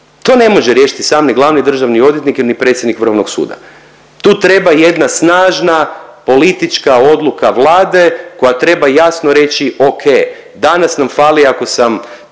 To ne može riješiti sami glavni državni odvjetnik ili predsjednik Vrhovnog suda, tu treba jedna snažna politička odluka Vlade koja treba jasno reći okej, danas nam fali ako sam